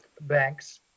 banks